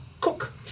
cook